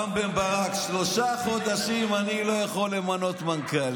רם בן ברק, שלושה חודשים אני לא יכול למנות מנכ"ל.